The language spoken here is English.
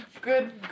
Good